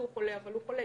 שיקרו לוועדה.